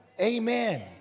Amen